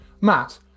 Matt